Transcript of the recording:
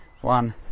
one